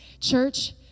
Church